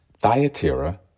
Thyatira